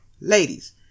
ladies